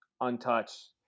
untouched